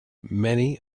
many